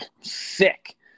Sick